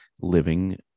Living